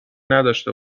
نداشته